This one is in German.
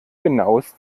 genaues